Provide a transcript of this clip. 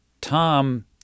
Tom